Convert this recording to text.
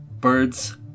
Birds